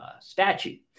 statute